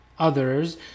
others